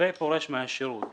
ופורש מהשירות כשוטר,